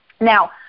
Now